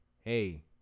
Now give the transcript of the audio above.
hey